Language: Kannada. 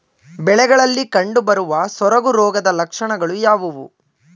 ಬೆಳೆಗಳಲ್ಲಿ ಕಂಡುಬರುವ ಸೊರಗು ರೋಗದ ಲಕ್ಷಣಗಳು ಯಾವುವು?